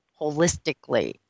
holistically